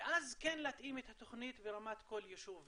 ואז להתאים את התוכנית ברמת כל יישוב ויישוב.